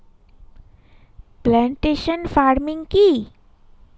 Plantation farming কি?